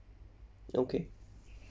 okay